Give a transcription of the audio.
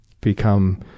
become